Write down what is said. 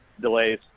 delays